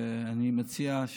שאני מציע,